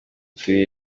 turi